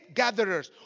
gatherers